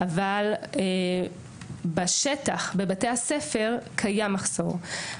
אבל בשטח בבתי הספר קיים מחסור.